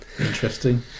Interesting